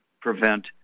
prevent